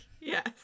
Yes